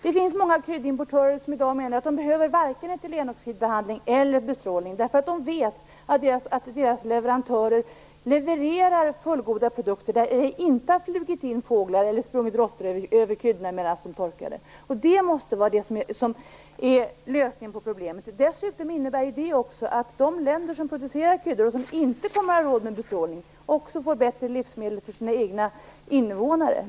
Det finns många kryddimportörer som menar att det varken behövs etylenoxidbehandling eller bestrålning. De vet nämligen att deras leverantörer levererar fullgoda produkter och att det inte har flugit in fåglar eller sprungit råttor över kryddorna medan de torkade. Det måste vara lösningen på problemet. Dessutom innebär det att de länder som producerar kryddor och som inte har råd med bestrålning också får bättre livsmedel för sina egna invånare.